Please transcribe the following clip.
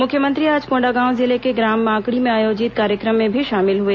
मुख्यमंत्री आज कोण्डागांव जिले के ग्राम माकड़ी में आयोजित कार्यक्रम में भी शामिल हुए